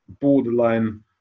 borderline